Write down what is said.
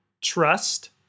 trust